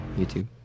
YouTube